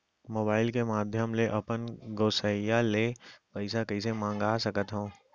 Mobile के माधयम ले अपन गोसैय्या ले पइसा कइसे मंगा सकथव?